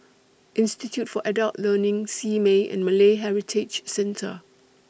Institute For Adult Learning Simei and Malay Heritage Centre